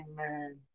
amen